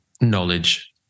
knowledge